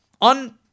On